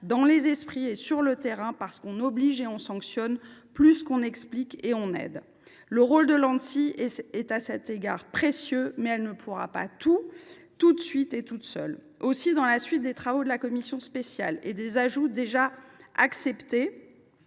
dans les esprits et sur le terrain, parce qu’on oblige et on sanctionne au lieu d’expliquer et d’aider. Le rôle de l’Anssi est à cet égard précieux, mais elle ne pourra pas tout faire, tout de suite et toute seule. Aussi, dans le droit fil des travaux de la commission spéciale et des ajouts qui ont